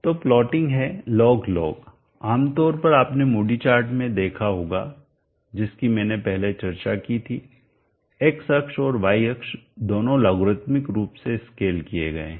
तो प्लॉटिंग है log log आमतौर पर आपने मूडी चार्ट में देखा होगा जिसकी मैंने पहले चर्चा की थी x अक्ष और y अक्ष दोनों लॉगरिदमिक रूप से स्केल किए गए हैं